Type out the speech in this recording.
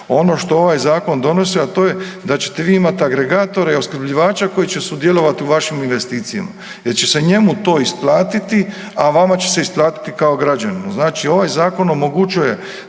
Ono što ovaj zakon donosi, a to je da ćete vi imati agregatora i opskrbljivača koji će sudjelovati u vašim investicijama jel će se njemu to isplatiti, a vama će se isplatiti kao građaninu. Znači ovaj zakon omogućuje